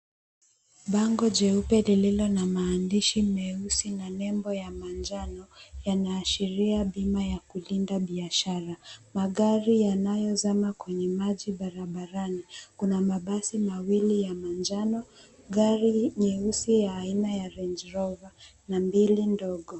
Bango jeupe lililo na maandishi meusi na nembo ya manjano, yanaashoria bima ya kulinda biashara. Magari yanayozama kwenye maji barabarani. Kuna mabasi mawili ya manjano, gari nyeusi ya aina ya Range Rover na mbili ndogo.